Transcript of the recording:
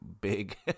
big